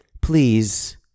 Please